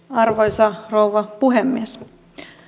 arvoisa rouva puhemies